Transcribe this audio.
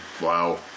wow